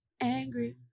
Angry